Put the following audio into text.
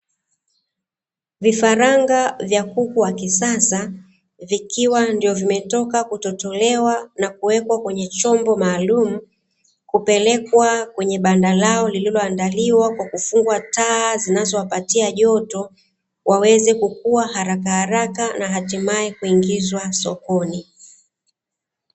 Vifaranga vya kuku wa kisasa, vikiwa ndo vimetoka kutotolewa na kuwekwa kwenye chombo maalumu, kupelekwa kwenye banda lao lililoandaliwa kwa kufungwa taa zinazowapatia joto, waweze kukua harakaharaka na hatimaye kuingizwa sokoni.